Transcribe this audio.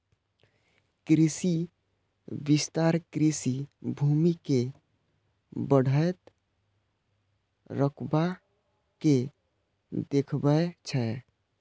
कृषि विस्तार कृषि भूमि के बढ़ैत रकबा के देखाबै छै